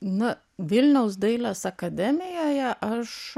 na vilniaus dailės akademijoje aš